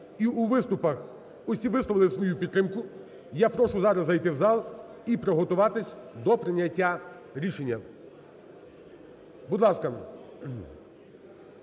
І у виступах усі висловили свою підтримку. Я прошу зараз зайти в зал і приготуватись до прийняття рішення. Будь ласка.